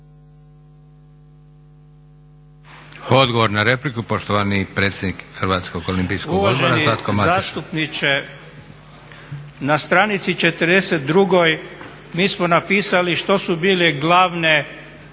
Uvaženi zastupniče, na stranici 42. mi smo napisali što su bile glavne